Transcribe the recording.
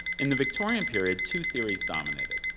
in the victorian period, two theories dominated.